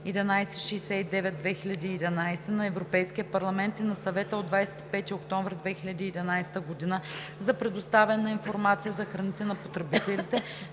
1169/2011 на Европейския парламент и на Съвета от 25 октомври 2011 г. за предоставянето на информация за храните на потребителите,